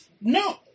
No